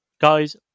guys